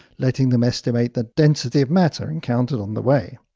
letting them estimate the density of matter encountered on the way.